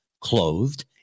clothed